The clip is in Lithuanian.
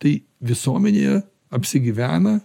tai visuomenėje apsigyvena